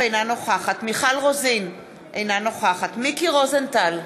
אינה נוכחת מיכל רוזין, אינה נוכחת מיקי רוזנטל,